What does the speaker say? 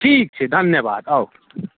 ठीक छै धन्यवाद आउ